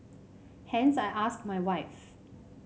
hence I asked my wife